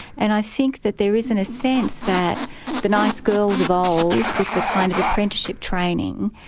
and i think that there is in a sense that the nice girls of old, with the kind of apprenticeship training,